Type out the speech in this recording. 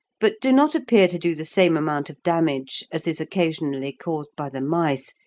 but do not appear to do the same amount of damage as is occasionally caused by the mice,